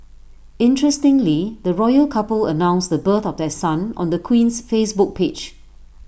interestingly the royal couple announced the birth of their son on the Queen's Facebook page